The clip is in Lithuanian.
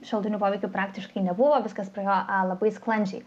šalutinių poveikių praktiškai nebuvo viskas praėjo labai sklandžiai